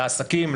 לעסקים,